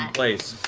place.